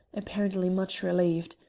apparently much relieved,